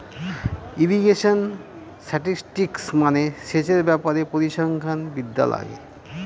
irrigation statistics মানে সেচের ব্যাপারে পরিসংখ্যান বিদ্যা লাগে